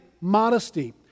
modesty